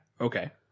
okay